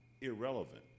irrelevant